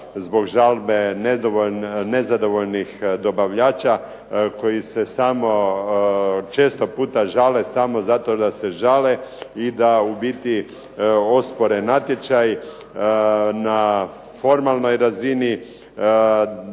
zbog žalbe nezadovoljnih dobavljača koji se samo često puta žale samo zato da se žale i da u biti ospore natječaj na formalnoj razini